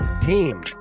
team